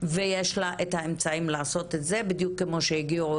ויש לה את האמצעים לעשות את זה בדיוק כמו שהגיעו